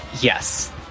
Yes